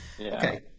Okay